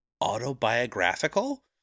autobiographical